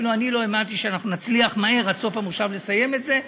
אפילו אני לא האמנתי שאנחנו נצליח מהר עד סוף המושב לסיים את זה.